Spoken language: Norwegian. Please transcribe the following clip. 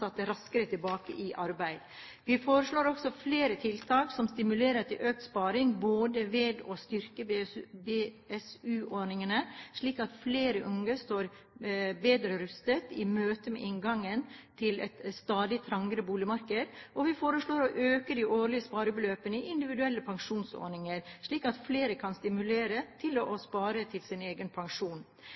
raskere tilbake i arbeid. Vi foreslår også flere tiltak som stimulerer til økt sparing, både ved å styrke BSU-ordningen, slik at flere unge står bedre rustet i møtet med inngangen til et stadig trangere boligmarked, og ved å øke de årlige sparebeløpene i individuelle pensjonsordninger, slik at flere kan stimuleres til å spare til sin egen pensjon.